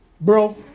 bro